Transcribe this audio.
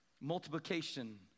multiplication